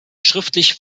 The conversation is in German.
schriftlich